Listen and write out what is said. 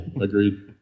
agreed